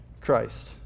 Christ